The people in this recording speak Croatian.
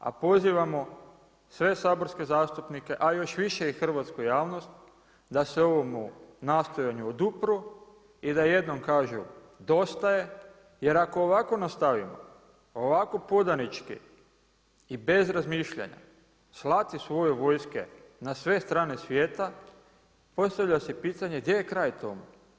A pozivamo sve saborske zastupnike a još više i hrvatsku javnost da se ovomu nastojanju odupru i da jednom kažu dosta je jer ako ovako nastavimo, ovako podanički i bez razmišljanja, slati svoje vojske na sve strane svijeta, postavlja se pitanje gdje je kraj tome.